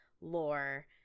lore